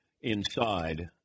Inside